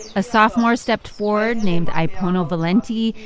a sophomore stepped forward, named ah ipono valenti,